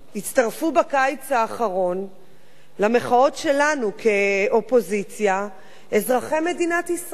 בקיץ האחרון הצטרפו למחאות שלנו כאופוזיציה אזרחי מדינת ישראל.